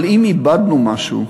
אבל אם איבדנו משהו,